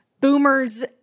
boomers